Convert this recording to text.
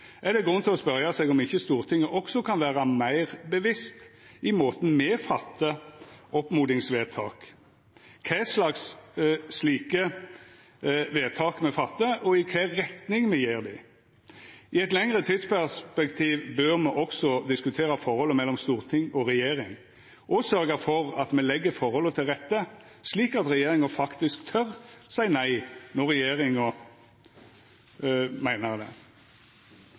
er det grunn til å spørja seg om ikkje Stortinget også kan vera meir bevisst på måten me fattar oppmodingsvedtak, kva slags slike vedtak me fattar, og kva retning me gjev dei. I eit lengre tidsperspektiv bør me også diskutera forholdet mellom storting og regjering og sørgja for at me legg forholda til rette slik at regjeringa faktisk tør seia nei når regjeringa meiner det,